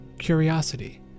Curiosity